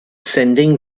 sending